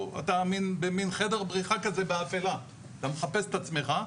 אתה במין חדר בריחה כזה באפלה, מחפש את עצמך.